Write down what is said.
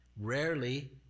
Rarely